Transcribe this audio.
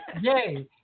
Yay